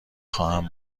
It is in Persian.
خواهم